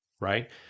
Right